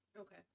Okay